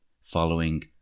following